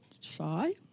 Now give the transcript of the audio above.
shy